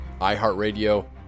iHeartRadio